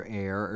air